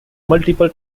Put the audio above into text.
multiple